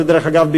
דרך אגב,